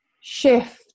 shift